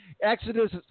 Exodus